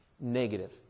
Negative